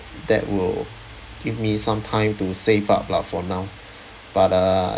that will give me some time to save up lah for now but err